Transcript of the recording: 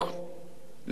לצערנו הרב,